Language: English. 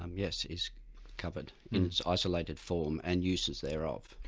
um yes, is covered, in its isolated form and uses thereof.